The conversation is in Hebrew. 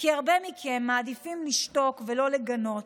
כי הרבה מכם מעדיפים לשתוק ולא לגנות.